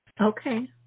okay